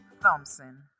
Thompson